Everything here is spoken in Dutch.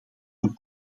een